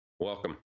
welcome